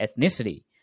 ethnicity